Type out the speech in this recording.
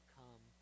come